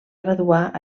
graduar